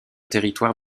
territoire